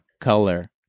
Color